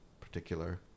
particular